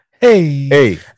Hey